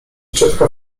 ciotka